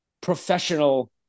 professional